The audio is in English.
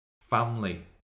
family